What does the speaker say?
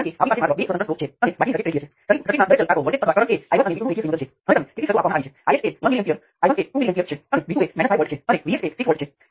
જ્યાં આ બંને વચ્ચે આપણી પાસે વોલ્ટેજ સોર્સ છે